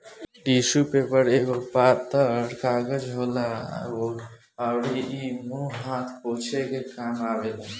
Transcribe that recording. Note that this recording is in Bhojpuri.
टिशु पेपर एगो पातर कागज होला अउरी इ मुंह हाथ पोछे के काम आवेला